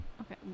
Okay